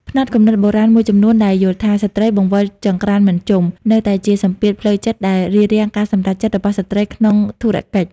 ផ្នត់គំនិតបុរាណមួយចំនួនដែលយល់ថា "ស្ត្រីបង្វិលចង្ក្រានមិនជុំ" នៅតែជាសម្ពាធផ្លូវចិត្តដែលរារាំងការសម្រេចចិត្តរបស់ស្ត្រីក្នុងធុរកិច្ច។